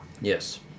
Yes